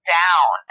down